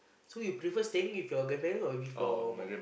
so you prefer staying with your grandparents or with your mum